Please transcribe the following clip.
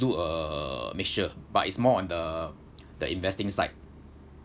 do a measure but it's more on the the investing side